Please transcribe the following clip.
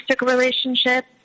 relationship